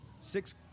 six